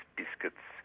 biscuits